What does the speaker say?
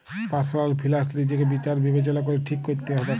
personal finance লিজকে বিচার বিবচলা ক্যরে ঠিক ক্যরতে হুব্যে